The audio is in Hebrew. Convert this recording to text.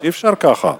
אי-אפשר ככה.